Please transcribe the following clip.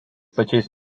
pačiais